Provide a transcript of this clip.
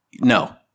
No